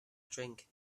drink